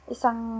Isang